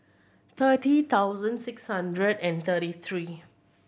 thirty thousand six hundred and thirty three